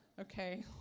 Okay